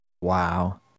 Wow